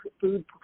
food